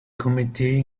committee